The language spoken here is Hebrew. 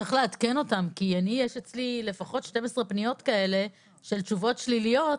צריך לעדכן אותם כי אצלי יש לפחות 12 פניות כאלה של תשובות שליליות.